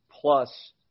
plus